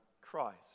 Christ